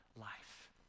life